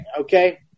okay